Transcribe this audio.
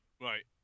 Right